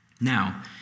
Now